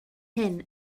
hyn